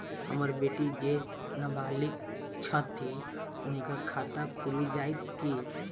हम्मर बेटी जेँ नबालिग छथि हुनक खाता खुलि जाइत की?